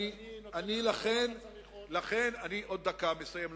אני עוד דקה מסיים.